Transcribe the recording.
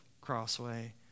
Crossway